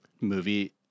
movie